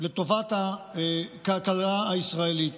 לטובת הכלכלה הישראלית.